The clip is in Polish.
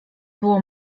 było